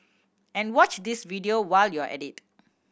and watch this video while you're at it